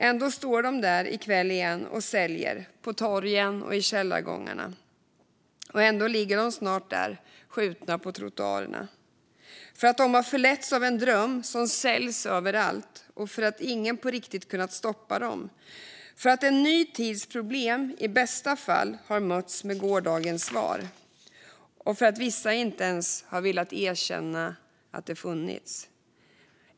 Ändå står de där i kväll igen och säljer på torgen och i källargångarna - och ändå ligger de snart där på trottoarerna, skjutna, för att de har förletts av en dröm som säljs överallt och för att ingen på riktigt har kunnat stoppa dem. En ny tids problem har i bästa fall mötts av gårdagens svar, och vissa har inte ens velat erkänna att det har funnits problem.